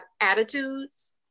attitudes